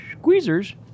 squeezers